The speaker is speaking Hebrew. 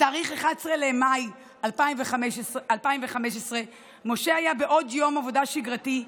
בתאריך 11 במאי 2015 משה היה בעוד יום עבודה שגרתי.